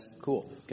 Cool